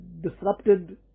disrupted